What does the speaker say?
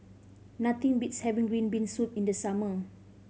nothing beats having green bean soup in the summer